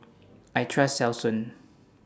I Trust Selsun